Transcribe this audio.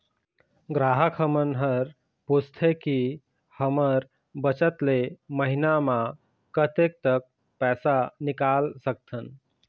ग्राहक हमन हर पूछथें की हमर बचत ले महीना मा कतेक तक पैसा निकाल सकथन?